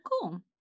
cool